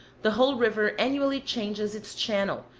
the whole river annually changes its channel,